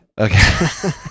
Okay